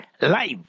live